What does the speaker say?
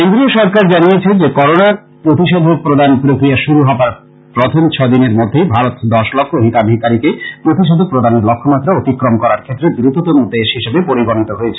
কেন্দ্রীয় সরকার জানিয়েছে যে করোনা প্রতিষেধক প্রদান প্রক্রিয়া শুরু হবার প্রথম ছদিনের মধ্যেই ভারত দশ লক্ষ হিতাধিকারীকে প্রতিষেধক প্রদানের লক্ষ্যমাত্রা অতিক্রম করার ক্ষেত্রে দ্রুততম দেশ হিসেবে পরিগণিত হয়েছে